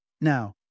Now